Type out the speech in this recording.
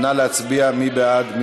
מי בעד?